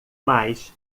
mais